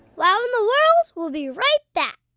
wow in the world will be right back.